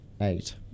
Eight